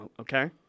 okay